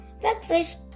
breakfast